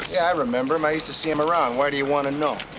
yeah, i remember him, i use to see him around. why do you want to know?